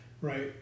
right